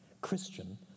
Christian